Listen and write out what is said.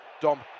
Dom